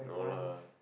no lah